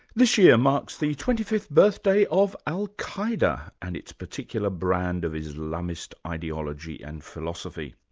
this year marks the twenty fifth birthday of al-qaeda, and its particular brand of islamist ideology and philosophy.